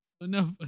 Enough